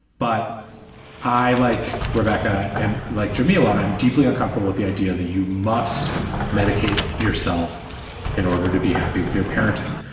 but i like rebecca and like jamila i am deeply uncomfortable with the idea that you must medicate yourself in order to be happy with your parenting.